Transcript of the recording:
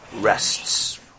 rests